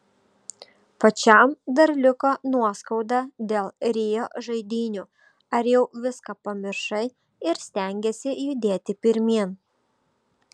pačiam dar liko nuoskauda dėl rio žaidynių ar jau viską pamiršai ir stengiesi judėti pirmyn